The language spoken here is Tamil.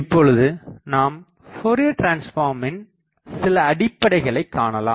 இப்பொழுது நாம் ஃபோரியர் டிரன்ஸ்பார்மின் சிலஅடிப்படைகளைக் காணலாம்